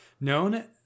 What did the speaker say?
known